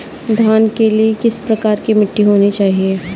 धान के लिए किस प्रकार की मिट्टी होनी चाहिए?